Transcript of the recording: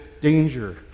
danger